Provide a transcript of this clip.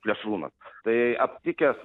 plėšrūnas tai aptikęs